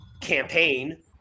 campaign